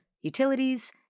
utilities